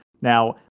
Now